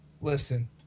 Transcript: Listen